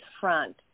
front